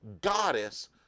goddess